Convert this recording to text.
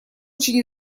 очень